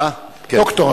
כן.